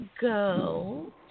go